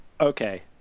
Okay